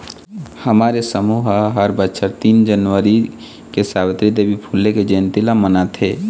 हमर ये समूह ह हर बछर तीन जनवरी के सवित्री देवी फूले जंयती ल मनाथे